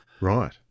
Right